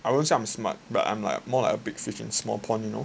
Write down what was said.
I'm I won't say I'm smart but I'm like more like a big fish in small pond you know